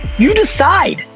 you decide,